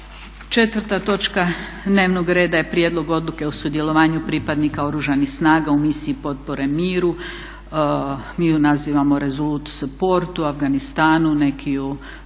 4. točka dnevnog reda je Prijedlog odluke o sudjelovanju pripadnika Oružanih snaga u Misiji potpore miru, mi su nazivamo "resolute support" u Afganistanu, neki ju